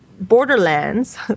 Borderlands